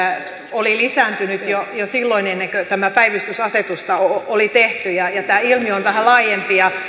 oli lisääntynyt jo jo silloin ennen kuin tätä päivystysasetusta oli tehty tämä ilmiö on vähän laajempi ja